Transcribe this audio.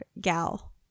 Gal